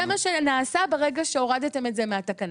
זה מה שנעשה ברגע שהורדתם את זה מהתקנה.